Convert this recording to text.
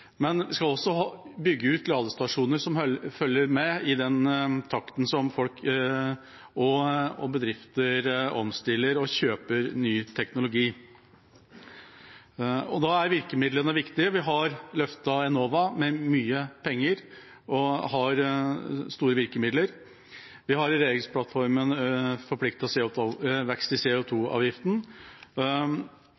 men vi skal også bygge ut ladestasjoner som følger med, i samme takt som folk og bedrifter omstiller seg og kjøper ny teknologi. Da er virkemidlene viktige. Vi har løftet Enova med mye penger og har mange virkemidler. Vi har i regjeringsplattformen forpliktet oss til vekst i